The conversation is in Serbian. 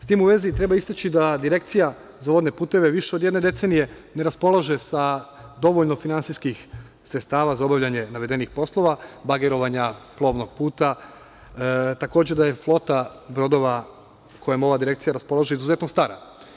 S tim u vezi treba istaći da Direkcija za vodne puteve više od jedne decenije ne raspolaže sa dovoljno finansijskih sredstava za obavljanje navedenih poslova, bagerovanja plovnog puta, takođe da je flota brodova, kojom ova direkcija raspolaže izuzetno stara.